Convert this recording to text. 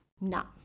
no